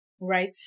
Right